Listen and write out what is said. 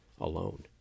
alone